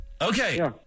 Okay